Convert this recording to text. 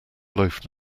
loaf